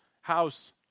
house